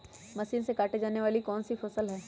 Machine से काटे जाने वाली कौन सी फसल है?